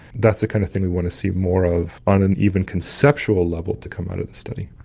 that's the kind of thing we want to see more of, on an even conceptual level, to come out of this study.